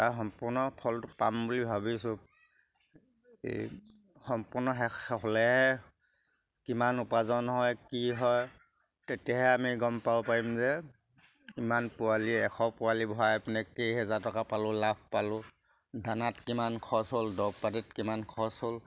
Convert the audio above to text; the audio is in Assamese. তাৰ সম্পূৰ্ণ ফলটো পাম বুলি ভাবিছোঁ এই সম্পূৰ্ণ শেষ হ'লেহে কিমান উপাৰ্জন হয় কি হয় তেতিয়াহে আমি গম পাব পাৰিম যে ইমান পোৱালি এশ পোৱালি ভৰাই আপুনি কেইহেজাৰ টকা পালোঁ লাভ পালোঁ দানাত কিমান খৰচ হ'ল দৰৱ পাতিত কিমান খৰচ হ'ল